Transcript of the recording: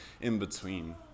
in-between